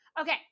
Okay